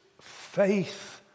faith